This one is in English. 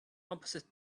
opposite